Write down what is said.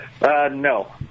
No